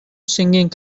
singing